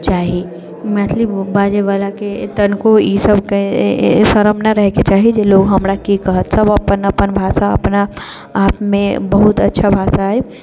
चाही मैथिली बाजैवलाके तनिको ई सभके शरम नहि रहैके चाही जे लोक हमरा कि कहत सभ अपन अपन भाषा अपन आपमे बहुत अच्छा भाषा अछि